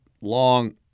long